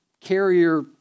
carrier